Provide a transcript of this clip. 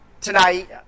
tonight